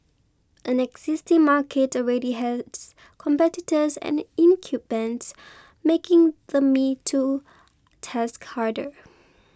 an existing market already has competitors and incumbents making the me too task harder